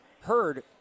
heard